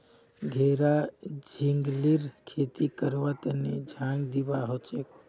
घेरा झिंगलीर खेती करवार तने झांग दिबा हछेक